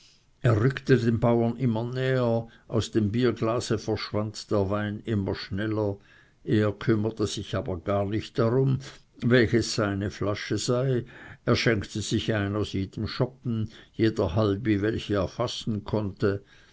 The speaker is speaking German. er rückte den bauern immer näher aus dem bierglase verschwand der wein immer schneller er kümmerte sich aber gar nicht darum welches seine flasche sei er schenkte sich ein aus jedem schoppen jeder halbi welche er fassen konnte